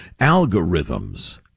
algorithms